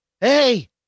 hey